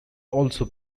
also